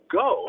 go